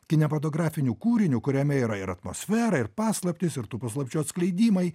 kinematografiniu kūriniu kuriame yra ir atmosfera ir paslaptys ir tų paslapčių atskleidimai